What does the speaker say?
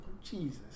Jesus